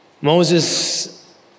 Moses